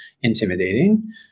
intimidating